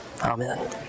Amen